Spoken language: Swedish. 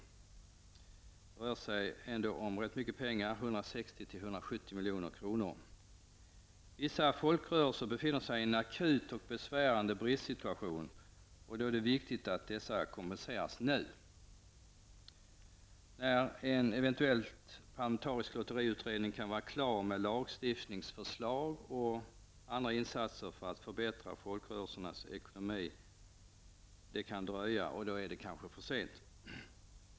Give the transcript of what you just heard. Det rör sig om rätt mycket pengar, 160--170 milj.kr. Vissa folkrörelser befinner sig i en akut och besvärande bristsituation. Då är det viktigt att dessa kompenseras nu. Det kan dröja innan lotteriutredningen kan vara klar med lagstiftningsförslag och andra insatser för att förbättra folkrörelsernas ekonomi, och då är det kanske för sent.